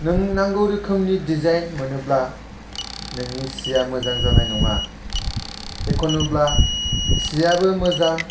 नों नांगौ रोखोमनि दिजाइन मोनोब्ला नोंनि सिया मोजां जानाय नङा एखुनुब्ला सियाबो मोजां